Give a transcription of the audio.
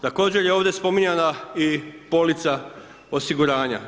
Također je ovdje spominjana i polica osiguranja.